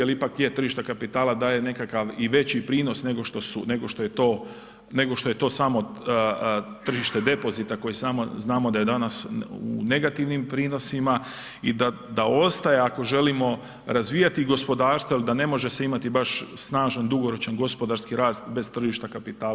Ali ipak je tržište kapitala i daje nekakav veći prinos nego što je to samo tržište depozita koje znamo da je danas u negativnim prinosima i da ostaje ako želimo razvijati gospodarstvo jel da ne može se imati snažan dugoročan gospodarski rast bez tržišta kapitala.